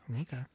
Okay